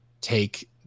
take